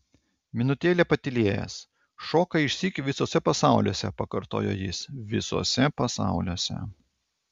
minutėlę patylėjęs šoka išsyk visuose pasauliuose pakartojo jis visuose pasauliuose